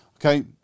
Okay